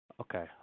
Okay